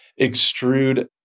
extrude